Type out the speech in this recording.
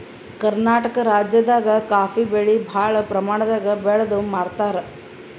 ಕರ್ನಾಟಕ್ ರಾಜ್ಯದಾಗ ಕಾಫೀ ಬೆಳಿ ಭಾಳ್ ಪ್ರಮಾಣದಾಗ್ ಬೆಳ್ದ್ ಮಾರ್ತಾರ್